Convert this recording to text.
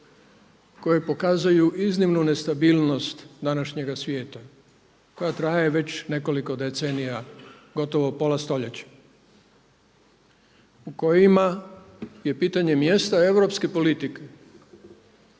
koje pokazuju iznimnu nestabilnost današnjega svijeta koja traje već nekoliko decenija, gotovo pola stoljeća u kojima je pitanje mjesta europske politike